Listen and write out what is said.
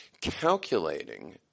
calculating